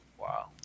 wow